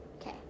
Okay